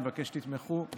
אני מבקש שתתמכו.